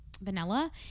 vanilla